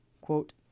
quote